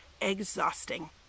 exhausting